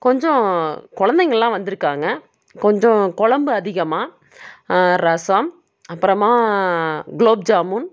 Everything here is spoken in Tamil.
கொஞ்சம் குழந்தைங்கள்லாம் வந்திருக்காங்க கொஞ்சம் குழம்பு அதிகமாக ரசம் அப்புறமா குலோப் ஜாமுன்